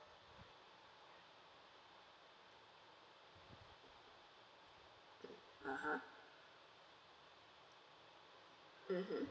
(uh huh) mmhmm